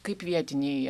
kaip vietiniai